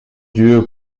dieu